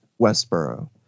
Westboro